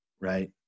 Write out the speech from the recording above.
right